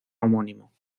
homónimo